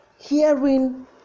Hearing